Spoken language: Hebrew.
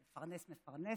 מפרנס-מפרנסת,